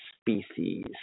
species